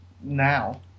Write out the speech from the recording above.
now